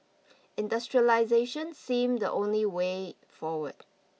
industrialisation seemed the only way forward